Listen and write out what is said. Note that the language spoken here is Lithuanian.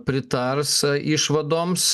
pritars išvadoms